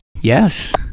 Yes